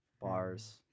Bars